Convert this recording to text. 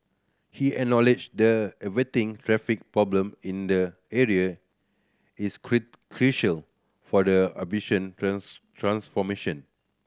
he acknowledged the averting traffic problem in the area is crucial for the ambition transformation